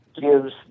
gives